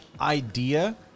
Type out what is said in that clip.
idea